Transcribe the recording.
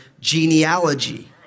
genealogy